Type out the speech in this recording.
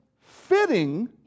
fitting